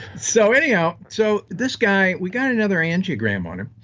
so anyhow, so this guy, we got another angiogram on him,